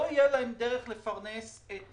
לא תהיה להם דרך לפרנס את